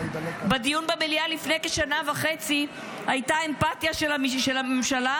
בדיון במליאה לפני כשנה וחצי הייתה אמפתיה של הממשלה,